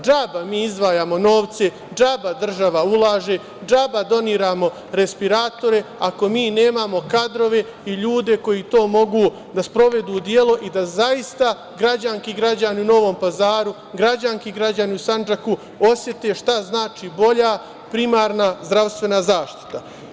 Džaba mi izdvajamo novce, džaba država ulaže, džaba doniramo respiratore ako mi nemamo kadrove i ljude koji to mogu da sprovedu u delu i da zaista građanke i građani u Novom Pazaru, kao i građani i građanke u Sandžaku osete šta znači bolja primarna zdravstvena zaštita.